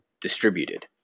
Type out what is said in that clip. distributed